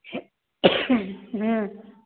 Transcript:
ह्म्म